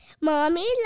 Mommy